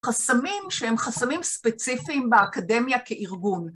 חסמים שהם חסמים ספציפיים באקדמיה כארגון.